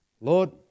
Lord